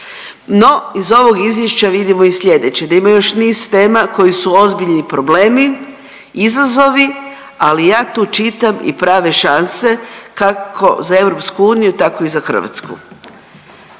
No, iz ovog izvješća vidimo i sljedeće, da ima još niz tema koji su ozbiljni problemi, izazovi ali ja tu čitam i prave šanse kako za EU, tako i za Hrvatsku.